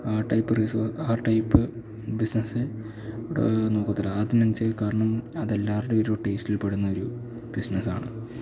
ആ ടൈപ്പ് ആ type business നോക്കത്തുള്ളൂ അതിനു കാരണം അതെല്ലാവരുടെയും ഒരു ടേസ്റ്റിൽ പെടുന്നൊരു ബിസിനസ്സാണ്